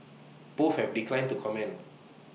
both have declined to comment